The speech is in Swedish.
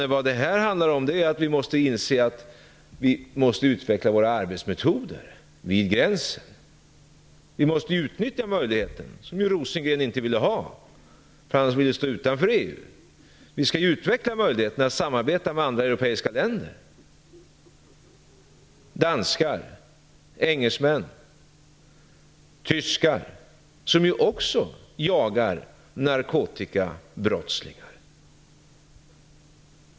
Vad det handlar om är att vi måste inse att vi måste utveckla våra arbetsmetoder vid gränsen. Vi måste utnyttja de möjligheter som Rosengren inte ville ha när han ville stå utanför EU. Vi skall utveckla möjligheten att samarbeta med andra europeiska länder, med danskar, engelsmän och tyskar, som också jagar narkotikabrottslingar.